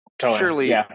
surely